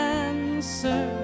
answer